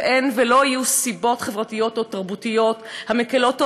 ואין ולא יהיו סיבות חברתיות או תרבותיות המקלות,